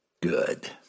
good